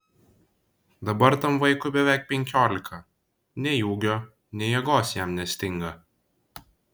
dabar tam vaikui beveik penkiolika nei ūgio nei jėgos jam nestinga